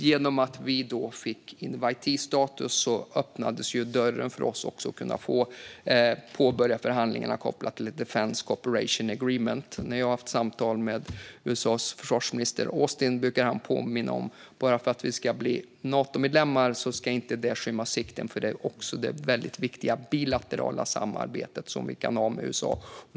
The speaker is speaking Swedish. Genom att vi fick inviteestatus öppnades dörren för oss att kunna påbörja förhandlingarna om Defense Cooperation Agreement. När jag har haft samtal med USA:s försvarsminister Austin har han påmint mig om att bara för att vi ska bli Natomedlemmar ska det inte skymma sikten för det väldigt viktiga bilaterala samarbete som vi kan ha med USA.